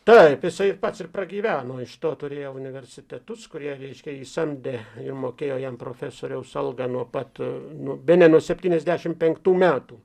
taip jisai pats ir pragyveno iš to turėjo universitetus kurie reiškia jį samdė ir mokėjo jam profesoriaus algą nuo pat nu bene nuo septyniasdešimt penktų metų